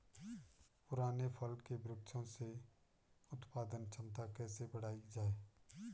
पुराने फल के वृक्षों से उत्पादन क्षमता कैसे बढ़ायी जाए?